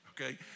okay